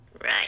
Right